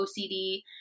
OCD